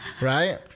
Right